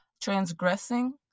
transgressing